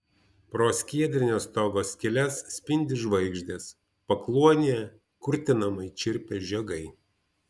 pro skiedrinio stogo skyles spindi žvaigždės pakluonėje kurtinamai čirpia žiogai